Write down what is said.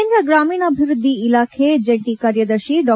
ಕೇಂದ್ರ ಗ್ರಾಮೀಣಾಭಿವೃದ್ಧಿ ಇಲಾಖೆ ಜಂಟಿ ಕಾರ್ಯದರ್ಶಿ ಡಾ